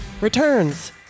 returns